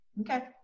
Okay